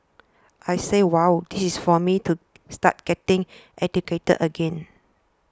I said wow this is for me to start getting educated again